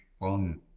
on